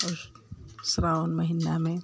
उस श्रावण महिना में